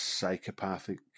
psychopathic